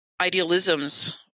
idealisms